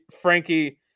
Frankie